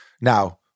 Now